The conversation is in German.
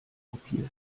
kopiert